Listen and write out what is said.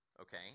okay